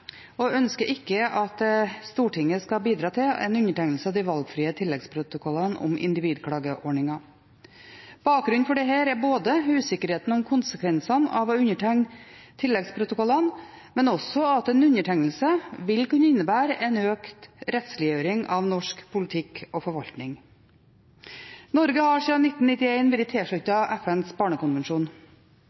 og ønsker ikke at Stortinget skal bidra til en undertegnelse av de valgfrie tilleggsprotokollene om individklageordninger. Bakgrunnen for dette er både usikkerheten om konsekvensene av å undertegne tilleggsprotokollene og også at en undertegnelse vil kunne innebære en økt rettsliggjøring av norsk politikk og forvaltning. Norge har siden 1991 vært tilsluttet FNs barnekonvensjon.